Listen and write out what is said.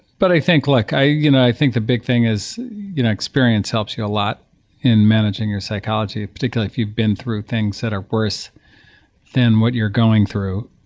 but i think like look, you know i think the big thing is experience helps you a lot in managing your psychology, particularly if you've been through things that are worse than what you're going through.